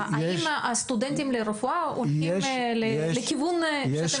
האם הסטודנטים לרפואה הולכים לכיוון שאתם רוצים.